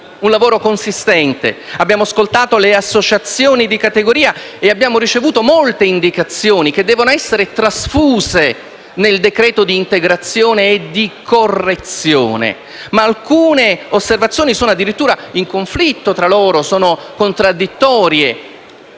un lavoro consistente: abbiamo ascoltato le associazioni di categoria e ricevuto molte indicazioni che devono essere trasfuse nel decreto integrativo e correttivo. Ma alcune osservazioni sono tra loro addirittura in conflitto e contraddittorie.